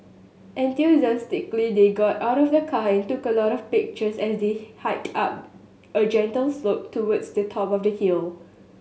enthusiastically they got out of the car and took a lot of pictures as they hiked up a gentle slope towards the top of the hill